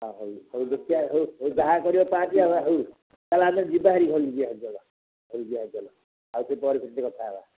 ହଉ ହଉ ଦେଖିଆ ହଉ ହଉ ଯାହା କରିବା ତାହା ଆଗ ହଉ ତାହେଲେ ଆମେ ଯିବାହେରି ଘରକୁ ଯିବାହେରି ଚାଲ ଘରକୁ ଯିବାହେରି ଚାଲ ଆଉ ସେ ପରେ ସେ କଥା ହେବା